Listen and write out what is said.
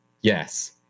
Yes